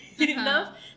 enough